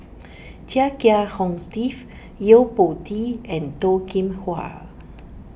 Chia Kiah Hong Steve Yo Po Tee and Toh Kim Hwa